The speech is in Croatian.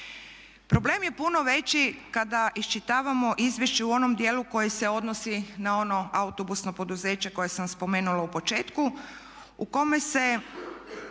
Problem je puno veći kada iščitavamo izvješće u onom dijelu koji se odnosi na ono autobusno poduzeće koje sam spomenula u početku u kome se